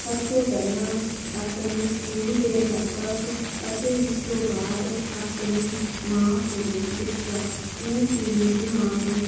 ਸਭ ਤੋਂ ਪਹਿਲਾਂ ਆਪਣੇ ਸਕੂਲ ਦੇ ਅਧਿਆਪਕ ਅਤੇ ਉਸ ਤੋਂ ਬਾਅਦ ਆਪਣੀ ਮਾਂ ਕੋਲੋਂ ਸਿੱਖਿਆ ਕਿਉਂਕਿ ਮੇਰੀ ਮਾਂ ਨੂੰ